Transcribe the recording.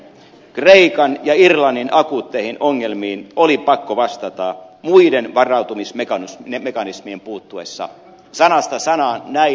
kreikan ja irlannin akuutteihin ongelmiin oli pakko vastata muiden varautumismekanismien puuttuessa sanasta sanaan näin